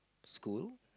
school